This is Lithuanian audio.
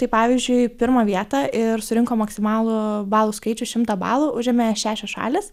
tai pavyzdžiui pirmą vietą ir surinko maksimalų balų skaičių šimtą balų užėmė šešios šalys